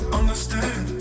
understand